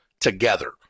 together